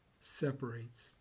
separates